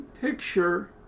picture